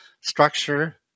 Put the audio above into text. structure